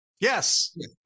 Yes